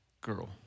girl